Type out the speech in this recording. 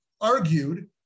argued